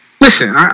listen